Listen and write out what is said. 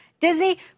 Disney